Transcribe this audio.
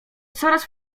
coraz